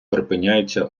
припиняється